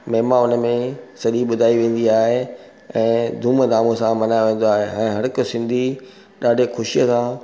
महिमा उनमें सॼी ॿुधाई वेंदी आहे ऐं धूम धाम सां मल्हायो वेंदो आहे ऐं हर हिक सिंधी ॾाढे ख़ुशीअ सां